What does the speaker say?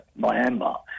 Myanmar